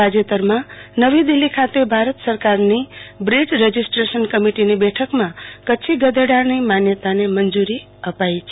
તાજેતરમાં નવી દિલ્હી ખાતે ભારત સરકારની બ્રીડ રજીસ્ટ્રેશન કમીટીની બેઠકમાં કચ્છી ગધેડાની માન્યતાને મંજૂરી અપાઈ છે